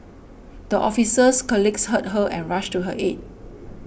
the officer's colleagues heard her and rushed to her aid